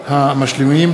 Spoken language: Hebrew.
ברשות יושבת-ראש הישיבה,